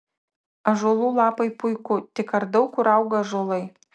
ąžuolų lapai puiku tik ar daug kur auga ąžuolai